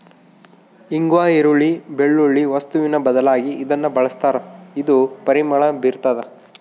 ಇಂಗ್ವಾ ಈರುಳ್ಳಿ, ಬೆಳ್ಳುಳ್ಳಿ ವಸ್ತುವಿನ ಬದಲಾಗಿ ಇದನ್ನ ಬಳಸ್ತಾರ ಇದು ಪರಿಮಳ ಬೀರ್ತಾದ